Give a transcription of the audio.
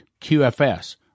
QFS